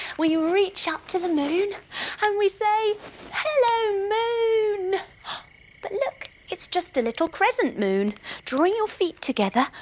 we reach up to the moon and we say hello, moon but look, it's just a little crescent moon drawing your feet together,